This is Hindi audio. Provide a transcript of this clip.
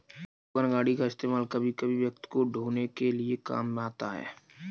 वोगन गाड़ी का इस्तेमाल कभी कभी व्यक्ति को ढ़ोने के लिए भी काम आता है